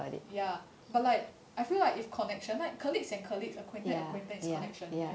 ya but like I feel like if connection like colleagues and colleagues acquaintant acquaintant is connection right